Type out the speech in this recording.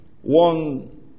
One